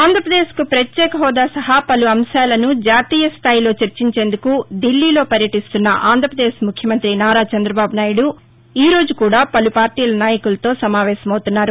ఆంధ్రాపదేశ్కు పత్యేక హోదా సహా పలు అంశాలను జాతీయ స్థాయిలో చర్చించేందుకు ధిల్లీలో పర్యటిస్తున్న ఆంధ్రప్రదేశ్ ముఖ్యమంతి నారాచంద్రబాబు నాయుడు ఈ రోజు కూడా పలు పార్లీల నాయకులతో సమావేశమౌతున్నారు